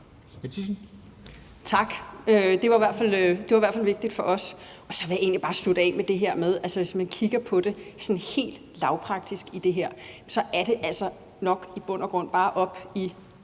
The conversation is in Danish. Tak. Det var i hvert fald vigtigt for os. Og så vil jeg egentlig bare slutte af med det her med, at hvis man kigger sådan helt lavpraktisk på det her, så er det nok i bund og grund bare oppe